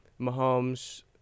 Mahomes